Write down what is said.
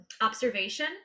observation